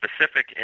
specific